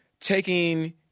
taking